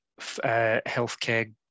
healthcare